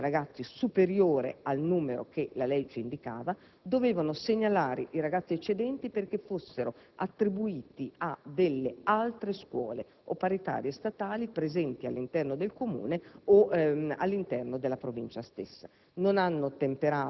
hanno accolto un numero di ragazzi superiore al numero che la legge indicava, dovevano segnalare i ragazzi eccedenti perché fossero attribuiti ad altre scuole, paritarie o statali, presenti all'interno del Comune o all'interno della Provincia stessa.